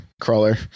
crawler